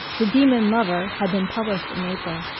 the demon lover had been published in april,